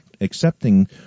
accepting